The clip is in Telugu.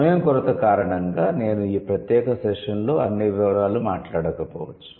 సమయం కొరత కారణంగా నేను ఈ ప్రత్యేక సెషన్లో అన్ని వివరాలు మాట్లాడకపోవచ్చు